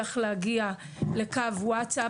שנצליח להגיע לקו וואטסאפ,